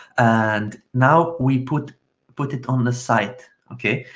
and now we put put it on the site okay?